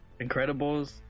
Incredibles